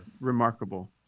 remarkable